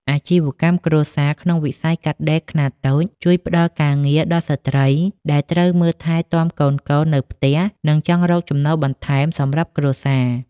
អាជីវកម្មគ្រួសារក្នុងវិស័យកាត់ដេរខ្នាតតូច ជួយផ្ដល់ការងារដល់ស្ត្រីដែលត្រូវមើលថែទាំកូនៗនៅផ្ទះ និងចង់រកចំណូលបន្ថែមសម្រាប់គ្រួសារ។